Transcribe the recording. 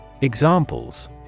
Examples